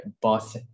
boss